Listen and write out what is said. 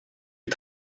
est